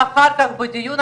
חולון ובת ים.